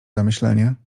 zamyślenie